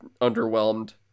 underwhelmed